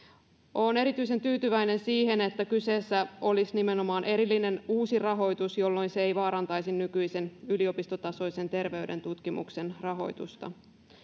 olen erityisen tyytyväinen siihen että kyseessä olisi nimenomaan erillinen uusi rahoitus jolloin se ei vaarantaisi nykyisen yliopistotasoisen terveyden tutkimuksen rahoitusta